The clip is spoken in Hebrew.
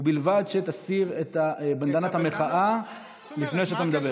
ובלבד שתסיר את בנדנת המחאה לפני שאתה מדבר.